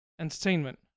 entertainment